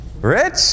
Rich